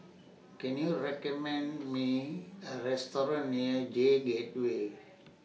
Can YOU recommend Me A Restaurant near J Gateway